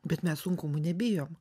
bet mes sunkumų nebijom